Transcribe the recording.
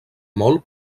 molt